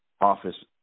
office